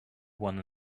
one